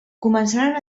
començaran